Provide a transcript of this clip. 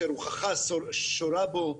רוחך שורה בו.